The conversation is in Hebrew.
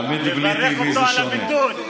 תברך אותו על הבידוד.